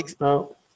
No